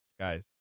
guys